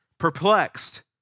perplexed